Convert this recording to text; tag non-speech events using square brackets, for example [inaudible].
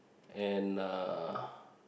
and uh [breath]